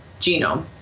genome